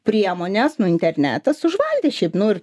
priemonės nu internetas užvaldė šiaip nu ir